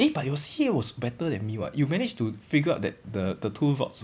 eh but your C_A was better than me [what] you managed to figure out that the the two vaults were